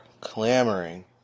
clamoring